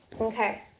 okay